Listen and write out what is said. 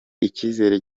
icyizere